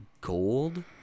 gold